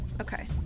Okay